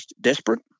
desperate